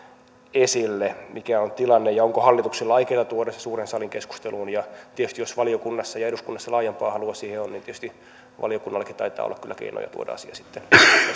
esille mikä on tilanne ja onko hallituksella aikeita tuoda se suuren salin keskusteluun tietysti jos valiokunnassa ja eduskunnassa laajempaa halua siihen on valiokunnallakin taitaa olla kyllä keinoja tuoda asia sitten keskusteluun